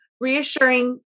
reassuring